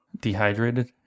dehydrated